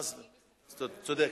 צודקת,